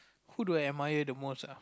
who do I admire the most ah